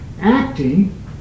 Acting